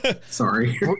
Sorry